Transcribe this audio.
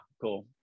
cool